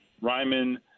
Ryman